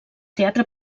teatre